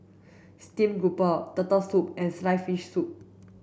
steamed grouper turtle soup and sliced fish soup